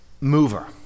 mover